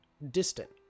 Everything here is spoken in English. distant